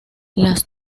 las